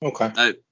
Okay